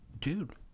Dude